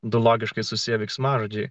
du logiškai susiję veiksmažodžiai